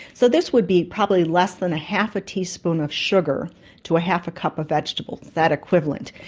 so this would be probably less than half a teaspoon of sugar to half a cup of vegetables, that equivalent.